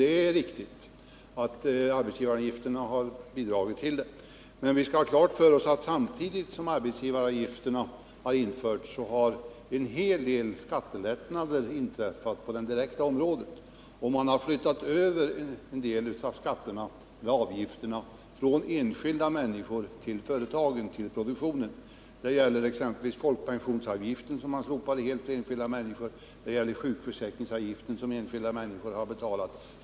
Det är riktigt att arbetsgivaravgifterna har bidragit till ökningen, men vi skall ha klart för oss att samtidigt som arbetsgivaravgifterna införts har en hel del skattelättnader genomförts på de direkta skatternas område, och en del av skatterna och avgifterna har flyttats över från enskilda människor till företagen och till produktionen. Detta gäller exempelvis folkpensionsavgiften, som man slopade helt för enskilda människor, och sjukförsäkringsavgiften, som enskilda människor tidigare har betalat.